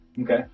okay